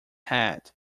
had